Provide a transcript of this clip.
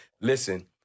Listen